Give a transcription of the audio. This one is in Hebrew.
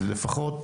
אז לפחות